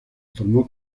informó